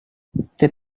they